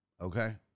okay